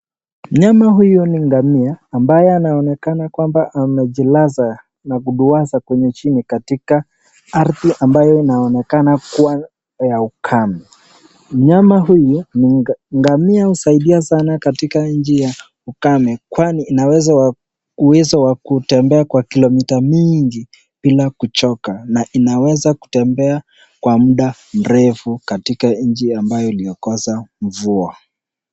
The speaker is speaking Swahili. Mnyana huyo ni ngamia ambaye anaonekana kwamba amejilaza na kuduwaza kwenye chini katika ardhi ambayo inaonekana kuwa ya ukame .Mnyama huyu ni ngamia husaidia sana katika nchi ya ukame kwani ina uwezo wa uwezo wa kutembea kwa kilomita mingi bila kuchoka na inaweza kutembea kwa mda mrefu katika nchi ambayo iliyokosa mvua.